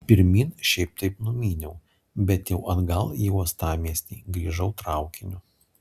pirmyn šiaip taip numyniau bet jau atgal į uostamiestį grįžau traukiniu